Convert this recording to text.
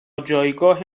جایگاه